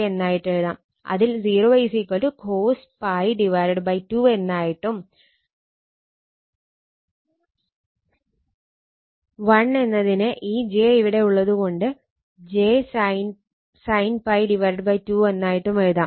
അതിൽ 0 cos π 2 എന്നായിട്ടും 1 എന്നതിനെ ഈ j ഇവിടെ ഉള്ളത് കൊണ്ട് j sin π 2 എന്നായിട്ടും എഴുതാം